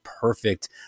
perfect